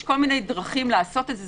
יש כל מיני דרכים לעשות את זה.